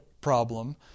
problem